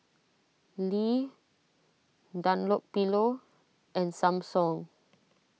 Lee Dunlopillo and Samsung